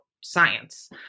science